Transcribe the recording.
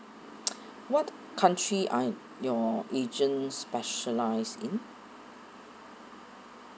what country are your agent specialise in